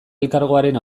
elkargoaren